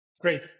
Great